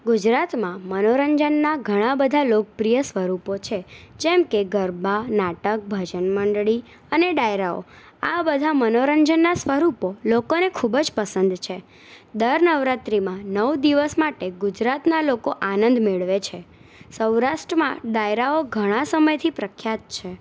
ગુજરાતમાં મનોરંજનના ઘણા બધા લોકપ્રિય સ્વરૂપો છે જેમ કે ગરબા નાટક ભજનમંડળી અને ડાયરાઓ આ બધા મનોરંજનના સ્વરૂપો લોકોને ખૂબ જ પસંદ છે દર નવરાત્રિમાં નવ દિવસ માટે ગુજરાતના લોકો આનંદ મેળવે છે સૌરાષ્ટ્રમાં ડાયરાઓ ઘણા સમયથી પ્રખ્યાત છે